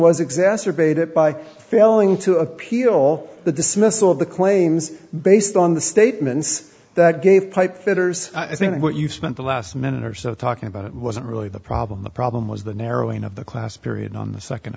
was exacerbated by failing to appeal the dismissal of the claims based on the statements that gave pipefitters i think what you spent the last minute or so talking about wasn't really the problem the problem was the narrowing of the class period on the second